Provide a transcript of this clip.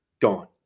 gone